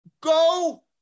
go